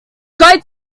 going